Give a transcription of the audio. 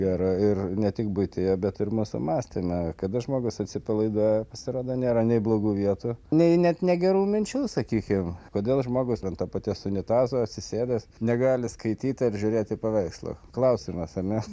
ir ir ne tik buityje bet ir mūsų mąstyme kada žmogus atsipalaiduoja pasirodo nėra nei blogų vietų nei net negerų minčių sakykim kodėl žmogus ant to paties unitazo atsisėdęs negali skaityti ar žiūrėti į paveikslą klausimas ar ne